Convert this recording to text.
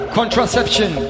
Contraception